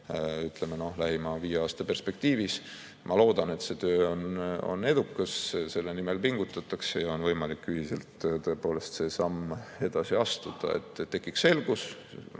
ütleme, lähima viie aasta perspektiivis. Ma loodan, et see töö on edukas, selle nimel pingutatakse ja on võimalik ühiselt tõepoolest see samm astuda, et tekiks selgus.